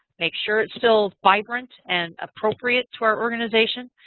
make sure it's still vibrant and appropriate to our organization.